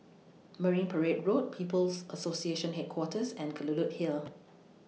Marine Parade Road People's Association Headquarters and Kelulut Hill